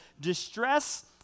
distress